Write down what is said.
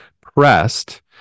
pressed